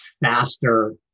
faster